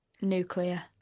nuclear